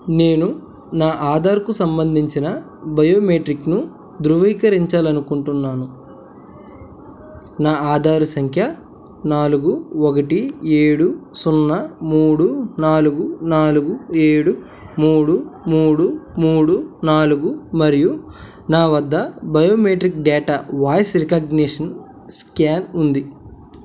నేను నా ఆధార్కు సంబంధించిన బయోమెట్రిక్ను ధృవీకరించాలనుకుంటున్నాను నా ఆధారు సంఖ్య నాలుగు ఒకటి ఏడు సున్నా మూడు నాలుగు నాలుగు ఏడు మూడు మూడు మూడు నాలుగు మరియు నా వద్ద biometric data voice recognition scan ఉంది